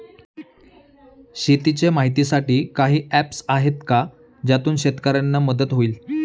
शेतीचे माहितीसाठी काही ऍप्स आहेत का ज्यातून शेतकऱ्यांना मदत होईल?